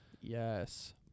Yes